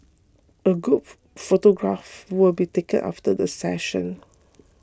a group photograph will be taken after the session